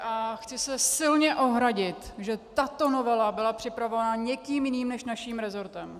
A chci se silně ohradit, že tato novela byla připravována někým jiným než naším resortem.